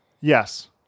Yes